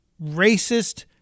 racist